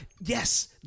Yes